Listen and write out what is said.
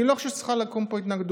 אני לא חושב שצריכה לקום פה התנגדות,